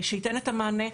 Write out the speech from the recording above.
שייתן את המענה.